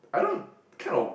I don't kind of